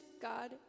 God